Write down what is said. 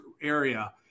area